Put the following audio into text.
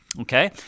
okay